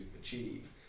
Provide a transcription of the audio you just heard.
achieve